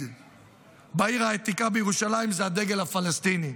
בעיר העתיקה בירושלים הוא הדגל הפלסטיני.